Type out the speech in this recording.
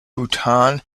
bhutan